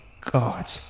God